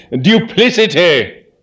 duplicity